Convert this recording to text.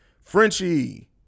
Frenchie